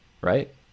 right